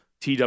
TW